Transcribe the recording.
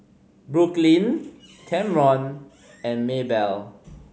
Brooklynn Camron and Maybell